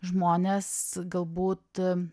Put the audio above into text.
žmonės galbūt